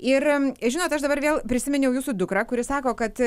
ir žinot aš dabar vėl prisiminiau jūsų dukrą kuri sako kad